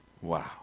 Wow